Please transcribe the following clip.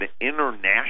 international